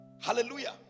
hallelujah